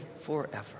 forever